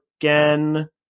again